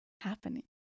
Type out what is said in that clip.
happening